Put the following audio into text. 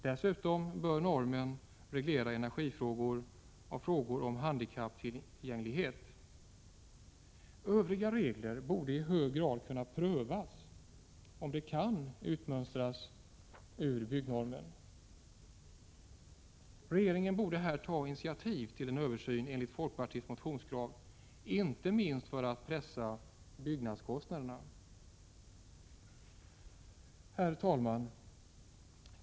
Dessutom bör normen reglera energifrågor och frågor om handikapptillgänglighet. Övriga regler borde i hög grad kunna prövas om de kan utmönstras ur byggnormen. Regeringen borde här ta initiativ till en översyn enligt folkpartiets motionskrav, inte minst för att pressa byggnadskostnaderna. Herr talman!